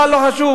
אבל לא חשוב,